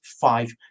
five